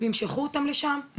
וימשכו אותם לשם,